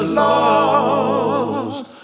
lost